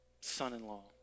son-in-law